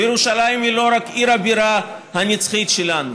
וירושלים היא לא רק עיר הבירה הנצחית שלנו,